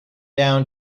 down